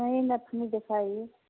नहीं नथनी दिखाइए